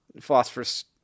Philosopher's